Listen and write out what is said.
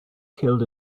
killed